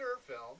film